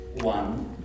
one